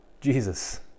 Jesus